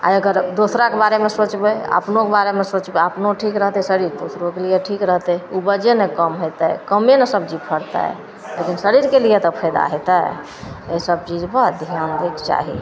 आओर अगर दोसराके बारेमे सोचबै आओर अपनहुके बारेमे सोचबै अपनहु ठीक रहतै शरीर आओर दोसरोके लिए ठीक रहतै उपजे ने कम हेतै कमे ने सबजी फड़तै लेकिन शरीरके लिए तऽ फायदा हेतै एहिसब चीजपर धिआन दैके चाही